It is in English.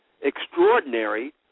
extraordinary